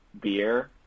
beer